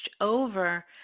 over